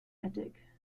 attic